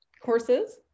Courses